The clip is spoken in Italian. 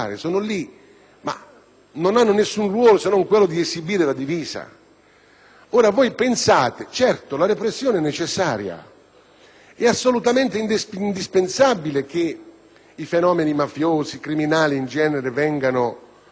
non hanno alcun ruolo, se non quello di esibire la divisa. Certamente la repressione è necessaria ed è assolutamente indispensabile che i fenomeni mafiosi e criminali in genere vengano repressi;